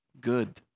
good